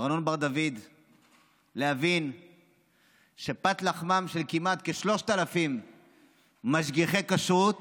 ארנון בר דוד להבין שפת לחמם של כמעט 3,000 משגיחי כשרות